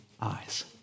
eyes